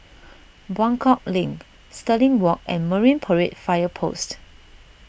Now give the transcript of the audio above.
Buangkok Link Stirling Walk and Marine Parade Fire Post